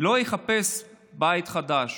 לא יחפש בית חדש